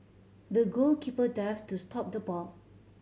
the goalkeeper dived to stop the ball